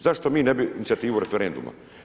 Zašto mi ne bi inicijativu referenduma?